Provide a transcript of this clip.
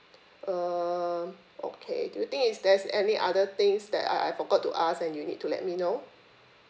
um okay do you think is there's any other things that I I forgot to ask and you need to let me know